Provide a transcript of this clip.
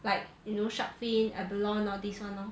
like you know shark fin abalone all these [one] lor